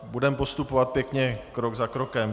Budeme postupovat pěkně krok za krokem.